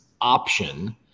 option